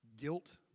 guilt